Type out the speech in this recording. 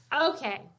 Okay